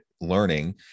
learning